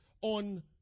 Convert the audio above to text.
on